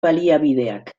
baliabideak